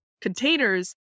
Containers